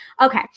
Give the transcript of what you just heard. Okay